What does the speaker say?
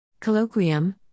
Colloquium